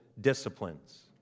disciplines